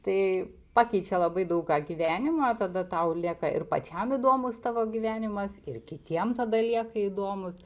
tai pakeičia labai daug ką gyvenimą tada tau lieka ir pačiam įdomus tavo gyvenimas ir kitiem tada lieka įdomus